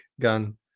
gun